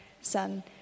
Son